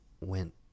went